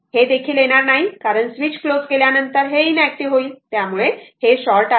हे देखील येणार नाही कारण स्वीच क्लोज केल्यानंतर हे इनऍक्टिव्ह होईल त्यामुळे हे शॉर्ट आहे